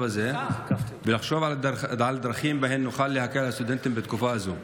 הזה ולחשוב על דרכים שבהן נוכל להקל על הסטודנטים בתקופה הזאת.